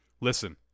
listen